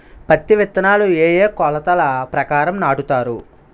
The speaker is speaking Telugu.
పత్తి విత్తనాలు ఏ ఏ కొలతల ప్రకారం నాటుతారు?